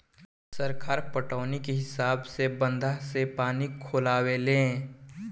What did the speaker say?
सरकार पटौनी के हिसाब से बंधा से पानी खोलावे ले